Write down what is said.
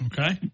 Okay